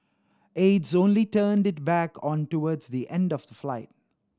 aides only turned it back on towards the end of the flight